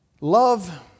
Love